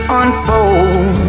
unfold